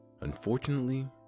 unfortunately